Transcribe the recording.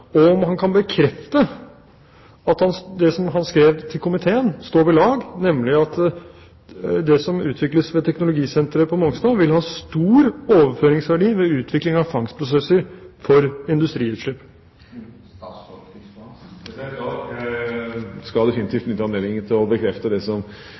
og om han kan bekrefte at det som han skrev til komiteen, står ved lag, nemlig at det som utvikles ved teknologisenteret på Mongstad, vil ha stor overføringsverdi ved utvikling av fangstprosesser for industriutslipp. Ja da, jeg skal definitivt benytte anledningen til å bekrefte det